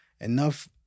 enough